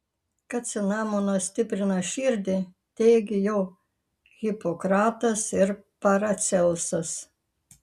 kad cinamonas stiprina širdį teigė jau hipokratas ir paracelsas